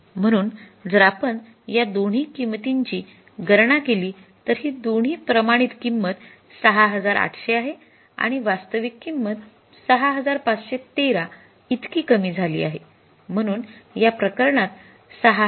म्हणून जर आपण या दोन्ही किंमतींची गणना केली तर ही दोन्ही प्रमाणित किंमत ६८०० आहे आणि वास्तविक किंमत ६५१३ इतकी कमी झाली आहे म्हणून या प्रकरणात ६५१३